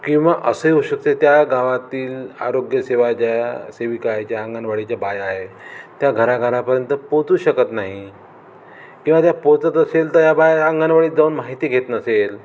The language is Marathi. किंवा असेही होऊ शकते त्या गावातील आरोग्यसेवा ज्या सेविका आहे ज्या अंगणवाडीच्या बाया आहे त्या घराघरापर्यंत पोचू शकत नाही किंवा त्या पोचत असेल तर या बाया अंगणवाडीत जाऊन माहिती घेत नसेल